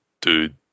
dude